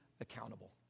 accountable